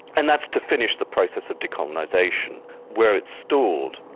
and that's to finish the process of decolonisation where it stalled,